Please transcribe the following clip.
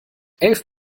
elf